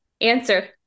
answer